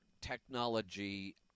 technology